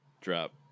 drop